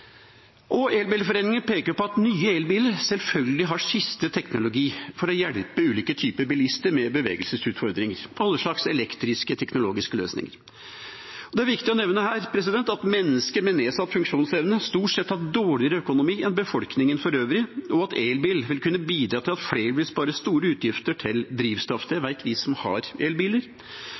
Elbilforeningen peker på at nye elbiler selvfølgelig har siste teknologi for å hjelpe ulike typer bilister med bevegelsesutfordringer, alle slags elektriske og teknologiske løsninger. Det er viktig å nevne at mennesker med nedsatt funksjonsevne stort sett har dårligere økonomi enn befolkningen for øvrig, og at elbil vil kunne bidra til at flere vil spare store utgifter til drivstoff. Det vet vi som har